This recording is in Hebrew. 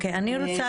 אני רוצה